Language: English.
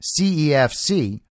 CEFC